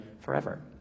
forever